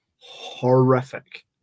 horrific